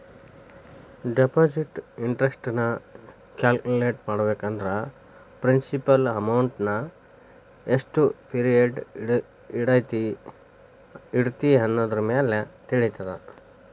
deposit interest ನ calculate ಮಾಡ್ಬೇಕಂದ್ರ principal ಅಮೌಂಟ್ನಾ ಎಷ್ಟ್ ಪಿರಿಯಡ್ ಇಡತಿ ಅನ್ನೋದರಮ್ಯಾಲೆ ತಿಳಿತದ